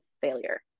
failure